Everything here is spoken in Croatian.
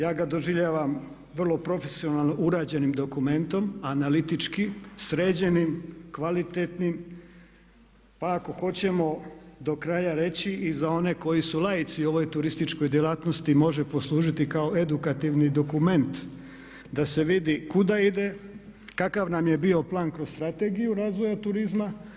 Ja ga doživljavam vrlo profesionalno urađenim dokumentom, analitički sređenim, kvalitetnim, pa ako hoćemo do kraja reći i za one koji su laici u ovoj turističkoj djelatnosti može poslužiti kao edukativni dokument, da se vidi kuda ide, kakav nam je bio plan kroz Strategiju razvoja turizma.